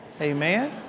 Amen